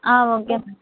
okay